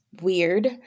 weird